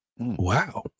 Wow